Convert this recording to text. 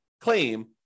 claim